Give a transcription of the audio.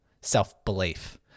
self-belief